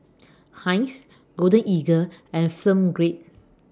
Heinz Golden Eagle and Film Grade